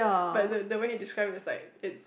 but the the way he describe it's like it's